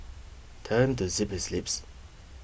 tell him to zip his lips